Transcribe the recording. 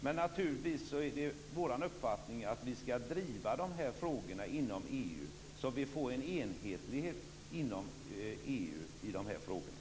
Det är vår uppfattning att vi skall driva frågorna inom EU, så att det blir en enhetlighet inom EU i frågorna.